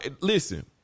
listen